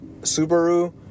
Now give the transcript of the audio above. Subaru